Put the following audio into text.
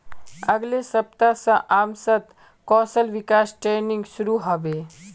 अगले सप्ताह स असमत कौशल विकास ट्रेनिंग शुरू ह बे